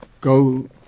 Go